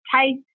taste